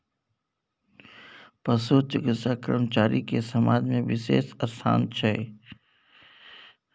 पशु चिकित्सा कर्मचारी के समाज में बिशेष स्थान छै